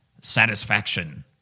satisfaction